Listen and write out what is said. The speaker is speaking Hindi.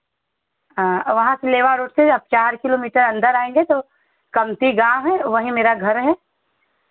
हँ वहाँ से लेवा रोड से आप चार किलो मीटर अंदर आएँगे तो कमती गाँव है वहीं मेरा घर है